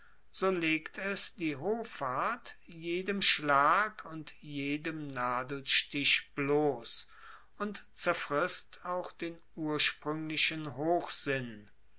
so legt es die hoffart jedem schlag und jedem nadelstich bloss und zerfrisst auch den urspruenglichen